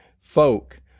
folk